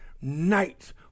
nights